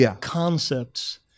concepts